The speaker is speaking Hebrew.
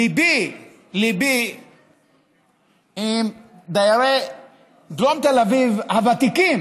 ליבי ליבי על דיירי דרום תל אביב הוותיקים